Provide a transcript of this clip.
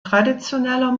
traditioneller